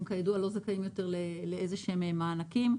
כידוע, הם לא זכאים יותר למענקים כלשהם.